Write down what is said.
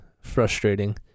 frustrating